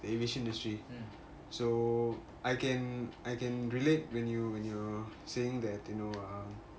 the aviation industry so I can I can relate when you when you're saying that you know uh